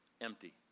empty